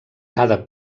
cada